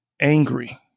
angry